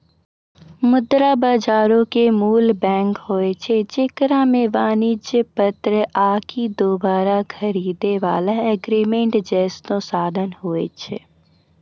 मुद्रा बजारो के मूल बैंक होय छै जेकरा मे वाणिज्यक पत्र आकि दोबारा खरीदै बाला एग्रीमेंट जैसनो साधन होय छै